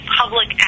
public